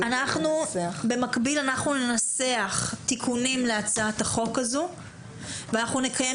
במקביל אנחנו ננסח תיקונים להצעת החוק הזו ואנחנו נקיים